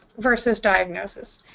versus diagnosis.